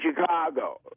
Chicago